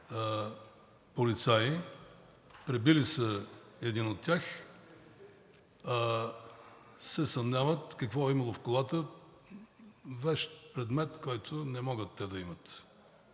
полицаи, пребили са един от тях, съмняват се какво е имало в колата – вещ, предмет, който не могат те да имат,